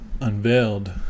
unveiled